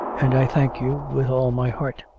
and i thank you with all my heart.